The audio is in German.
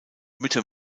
mütter